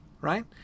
right